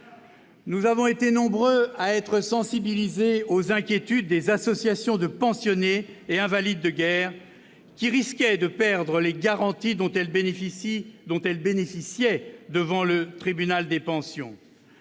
Nous avons été nombreux à être sensibilisés aux inquiétudes des associations de pensionnés et invalides de guerre, qui risquaient de perdre les garanties dont elles bénéficiaient devant le tribunal des pensions.